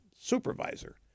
Supervisor